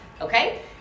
Okay